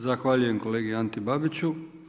Zahvaljujem kolegi Anti Babiću.